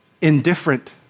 indifferent